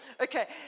Okay